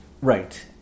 Right